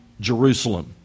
Jerusalem